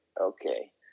Okay